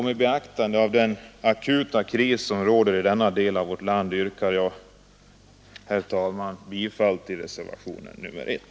Med beaktande av den akuta kris som råder i denna del av vårt land yrkar jag, herr talman, bifall också till reservationen 1.